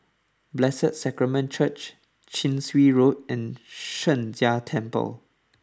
Blessed Sacrament Church Chin Swee Road and Sheng Jia Temple